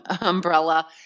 umbrella